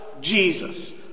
Jesus